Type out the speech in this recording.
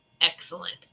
excellent